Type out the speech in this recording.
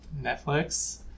Netflix